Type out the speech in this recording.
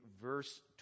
verse